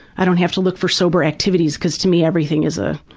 i don't have to look for sober activities because to me everything is a